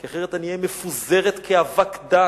כי אחרת אני אהיה מפוזרת כאבק דק.